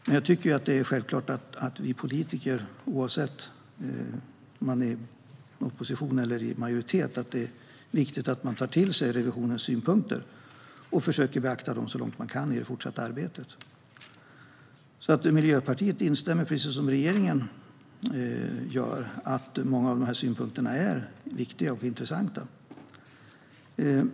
Men jag tycker att det är självklart och viktigt att vi politiker, oavsett om vi är i opposition eller i majoritet, tar till oss revisionens synpunkter och försöker beakta dem så långt det går i det fortsatta arbetet. Miljöpartiet instämmer, precis som regeringen, i att många av synpunkterna är viktiga och intressanta.